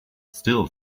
still